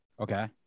Okay